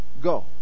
go